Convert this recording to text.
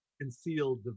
concealed